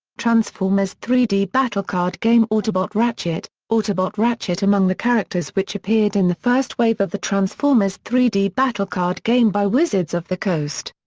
transformers three d battle card game autobot ratchet autobot ratchet among the characters which appeared in the first wave of the transformers three d battle card game by wizards of the coast.